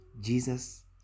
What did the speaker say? Jesus